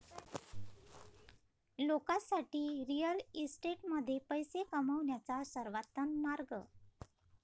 लोकांसाठी रिअल इस्टेटमध्ये पैसे कमवण्याचा सर्वोत्तम मार्ग